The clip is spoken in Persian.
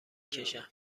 کشم